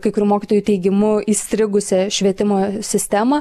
kai kurių mokytojų teigimu įstrigusią švietimo sistemą